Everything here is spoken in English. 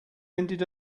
ended